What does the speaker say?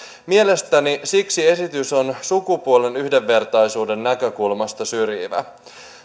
mielestäni siksi esitys on sukupuolten yhdenvertaisuuden näkökulmasta syrjivä